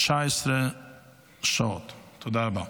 תודה רבה.